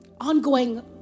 ongoing